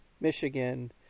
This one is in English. Michigan